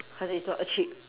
cause it's not uh cheap